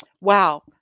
Wow